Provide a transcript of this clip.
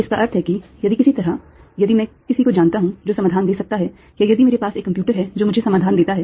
इसका अर्थ है कि यदि किसी तरह यदि मैं किसी को जानता हूं जो समाधान दे सकता है या यदि मेरे पास एक कंप्यूटर है जो मुझे समाधान देता है